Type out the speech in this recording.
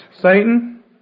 Satan